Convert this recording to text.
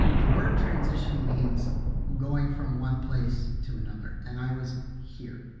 the word transition means going from one place to another. and i was here.